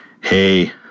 Hey